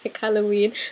Halloween